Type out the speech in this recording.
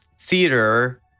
theater